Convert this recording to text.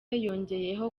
yongeyeho